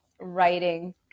writing